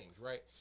right